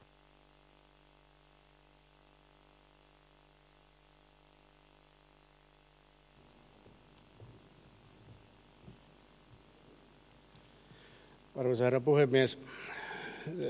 arvoisa herra puhemies